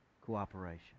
cooperation